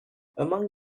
among